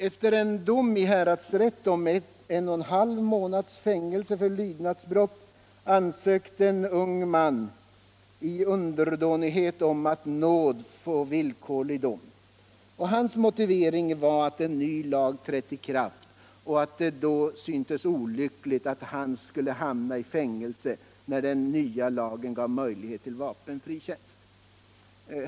Efter en dom i häradsrätt om en och en halv månads fängelse för lydnadsbrott ansökte en ung man i underdånighet om att av nåd få villkorlig dom. Hans motivering var att en ny lag trätt i kraft och att det då syntes olyckligt att han skulle hamna i fängelse när den nya lagen gav möjlighet till vapenfri tjänst.